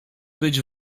być